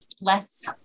less